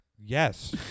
Yes